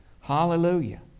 Hallelujah